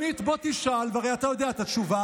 שנית, בוא תשאל, והרי אתה יודע את התשובה,